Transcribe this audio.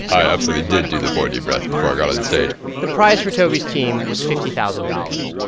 i absolutely did do the four deep breaths before i got on and stage the prize for toby's team was fifty thousand dollars,